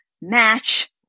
match